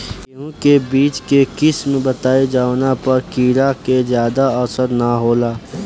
गेहूं के बीज के किस्म बताई जवना पर कीड़ा के ज्यादा असर न हो सके?